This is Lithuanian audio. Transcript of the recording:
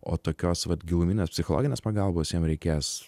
o tokios vat giluminės psichologinės pagalbos jiem reikės